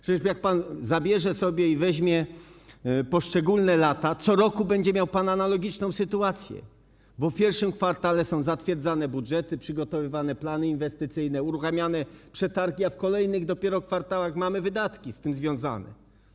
Przecież jak pan zabierze, weźmie poszczególne lata, co roku będzie miał pan analogiczną sytuację, bo w I kwartale są zatwierdzane budżety, są przygotowywane plany inwestycyjne, uruchamiane przetargi, a dopiero w kolejnych kwartałach mamy wydatki z tym związane.